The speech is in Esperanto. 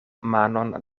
manon